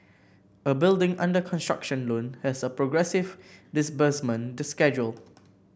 a building under construction loan has a progressive disbursement schedule